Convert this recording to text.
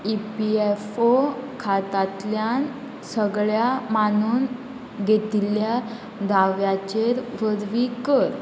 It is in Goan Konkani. ई पी एफ ओ खातांतल्यान सगळ्या मानून घेतिल्ल्या दाव्याचेर वरवीं कर